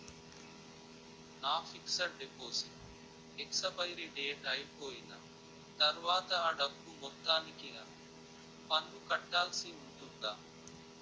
నా fixed deposit expiry date అయిపోయిన తర్వాత అ డబ్బు మొత్తానికి పన్ను కట్టాల్సి ఉంటుందా?